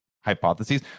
hypotheses